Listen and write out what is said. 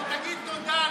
אבל תגיד תודה,